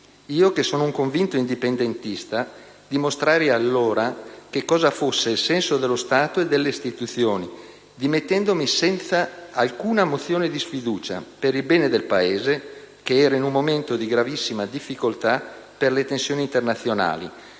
Io che sono un convinto indipendentista dimostrai allora che cosa fosse il senso dello Stato e delle istituzioni, dimettendomi senza alcuna mozione di sfiducia, per il bene del Paese che era in un momento di gravissima difficoltà per le tensioni internazionali.